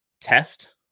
test